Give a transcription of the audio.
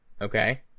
Okay